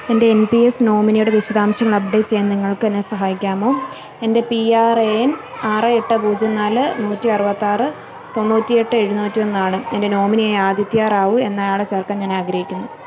എൻ്റെ N P S നോമിനിയുടെ വിശദാംശങ്ങൾ അപ്ഡേറ്റ് ചെയ്യാൻ നിങ്ങൾക്കെന്നെ സഹായിക്കാമോ എൻ്റെ പി ആർ എ എൻ ആറ് എട്ട് പൂജ്യം നാല് നൂറ്റി അറുപത്താറ് തൊണ്ണൂറ്റി എട്ട് എഴുന്നൂറ്റി ഒന്നാണ് എൻ്റെ നോമിനിയായി ആദിത്യ റാവു എന്നയാളെ ചേർക്കാൻ ഞാൻ ആഗ്രഹിക്കുന്നു